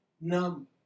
numb